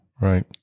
right